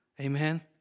Amen